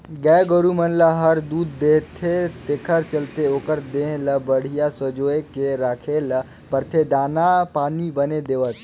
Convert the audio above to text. गाय गोरु मन हर दूद देथे तेखर चलते ओखर देह ल बड़िहा संजोए के राखे ल परथे दाना पानी बने देवत